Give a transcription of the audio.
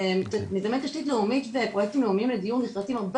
יש לי --- בפרויקטים לאומיים לדיון הרבה